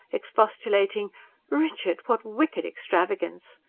expostulating richard! what wicked extravagance!